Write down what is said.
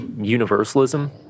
universalism